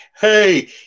hey